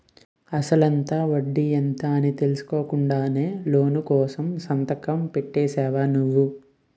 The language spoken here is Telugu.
అసలెంత? వడ్డీ ఎంత? అని తెలుసుకోకుండానే లోను కోసం సంతకాలు పెట్టేశావా నువ్వు?